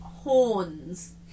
horns